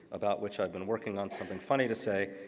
about which i've been working on something funny to say,